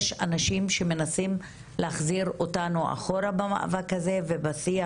יש אנשים שמנסים להחזיר אותנו אחורה במאבק הזה ובשיח